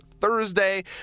Thursday